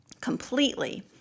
completely